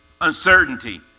Uncertainty